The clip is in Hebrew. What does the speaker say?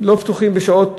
לא פתוחים בשעות,